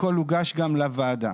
והכול הוגש גם לוועדה.